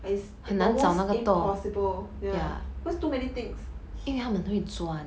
it's almost impossible ya cause too many things